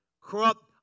Corrupt